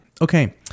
Okay